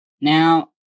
Now